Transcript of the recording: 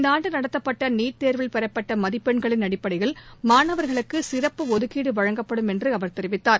இந்தஆண்டுநடத்தப்பட்டநீட் தேர்வில் பெறப்பட்டமதிப்பெண்களின் அடிப்படையில் மாணவர்களுக்குசிறப்பு ஒதுக்கீடுவழங்கப்படும் என்றுஅவர் தெரிவித்தார்